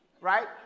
Right